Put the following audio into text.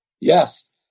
Yes